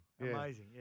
Amazing